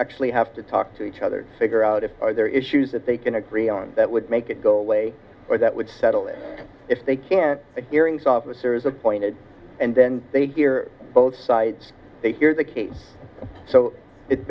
actually have to talk to each other figure out if there are issues that they can agree on that would make it go away or that would settle it if they can't hearings officer is appointed and then they gear both sides they hear the case so it